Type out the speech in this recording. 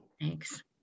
Thanks